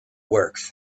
works